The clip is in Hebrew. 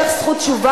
לדבר כך.